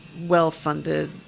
well-funded